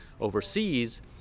overseas